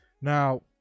Now